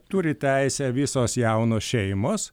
turi teisę visos jaunos šeimos